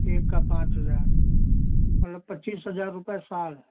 एक का पाँच हजार मतलब पच्चीस हजार रुपया साल